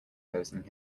closing